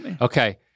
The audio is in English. Okay